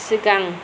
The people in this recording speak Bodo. सिगां